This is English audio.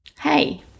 Hey